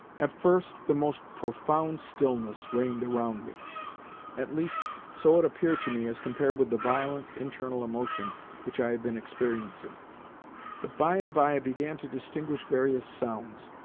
at first the most profound stillness reigned around me at least, so it appeared to me as compared with the violent internal emotion which i had been experiencing but by and by i began to distinguish various sounds.